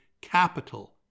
capital